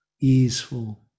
easeful